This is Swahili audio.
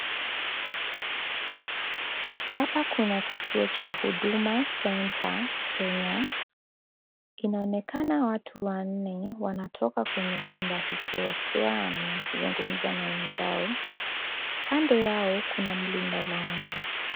Hapa kuna kituo cha Huduma Centre Kenya. Inaonekana watu wanne wanatoka kwenye chumba hicho wakiwa wanazungumza na wenzao. Kando yao kuna mlinda lango.